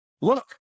look